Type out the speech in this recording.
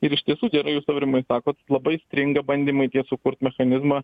ir iš tiesų jūs aurimai sakot labai stringa bandymai sukurt mechanizmą